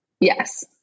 Yes